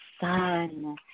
sun